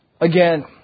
Again